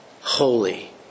Holy